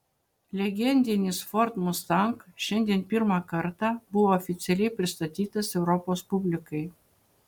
legendinis ford mustang šiandien pirmą kartą buvo oficialiai pristatytas europos publikai